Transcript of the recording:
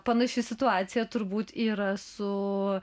panaši situacija turbūt yra su